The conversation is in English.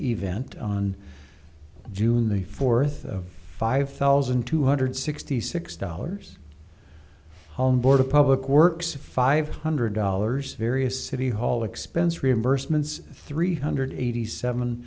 event on june the fourth of five thousand two hundred sixty six dollars home board of public works of five hundred dollars various city hall expense reimbursements three hundred eighty seven